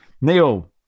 Neil